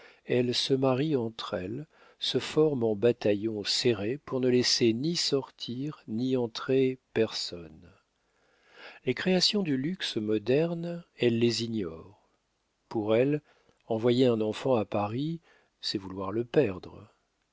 elles se marient entre elles se forment en bataillon serré pour ne laisser ni sortir ni entrer personne les créations du luxe moderne elles les ignorent pour elles envoyer un enfant à paris c'est vouloir le perdre